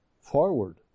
forward